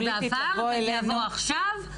הייתי בעבר ואני אבוא עכשיו.